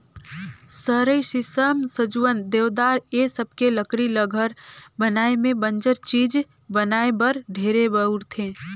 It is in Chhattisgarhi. सरई, सीसम, सजुवन, देवदार ए सबके लकरी ल घर बनाये में बंजर चीज बनाये बर ढेरे बउरथे